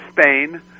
Spain